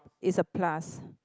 it's a plus